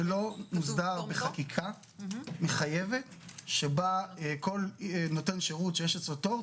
זה לא מוסדר בחקיקה מחייבת שבה כל נותן שרות שיש אצלו תור,